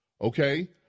Okay